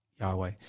Yahweh